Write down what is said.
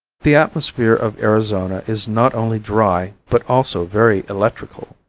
the atmosphere of arizona is not only dry but also very electrical,